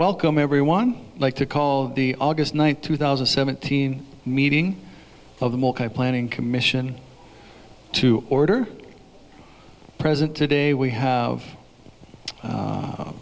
welcome everyone like to call the august ninth two thousand and seventeen meeting of the planning commission to order president today we have